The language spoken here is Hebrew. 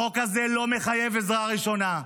החוק הזה לא מחייב עזרה ראשונה.